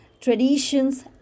traditions